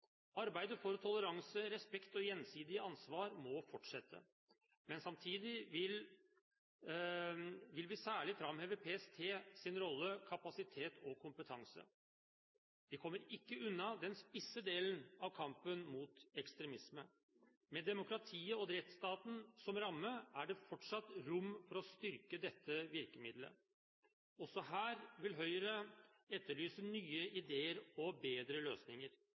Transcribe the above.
Arbeidet for toleranse, respekt og gjensidig ansvar må fortsette. Men samtidig vil vi særlig framheve PSTs rolle, kapasitet og kompetanse. Vi kommer ikke unna den spisse delen av kampen mot ekstremisme. Med demokratiet og rettsstaten som ramme er det fortsatt rom for å styrke dette virkemidlet. Også her vil Høyre etterlyse nye ideer og bedre løsninger.